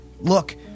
Look